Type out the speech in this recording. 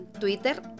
Twitter